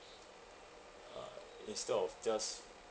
uh instead of just